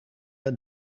het